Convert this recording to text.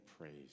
praise